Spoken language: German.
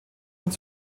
und